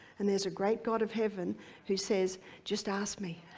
and there's a great god of heaven who says just ask me,